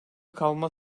kalma